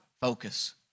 focus